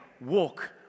walk